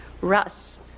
Russ